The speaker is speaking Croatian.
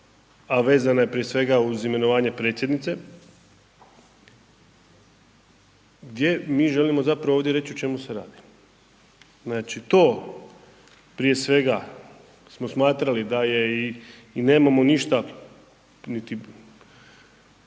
a vezana je prije svega uz imenovanje predsjednice, gdje mi želimo zapravo ovdje reći o čemu se radi. Znači to, prije svega smo smatrali da je, i nemamo ništa niti